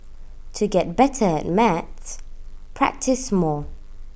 to get better at maths practise more